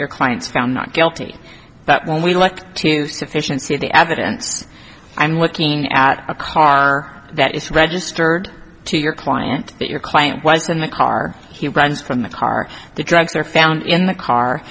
your clients found not guilty but when we look to sufficiency of the evidence i'm looking at a car that is registered to your client that your client was in the car he runs from the car the drugs are found in the car